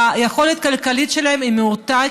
שהיכולת הכלכלית שלהם היא מועטה,